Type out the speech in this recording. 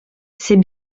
c’est